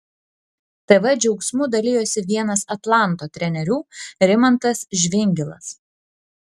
tv džiaugsmu dalijosi vienas atlanto trenerių rimantas žvingilas